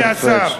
אדוני השר,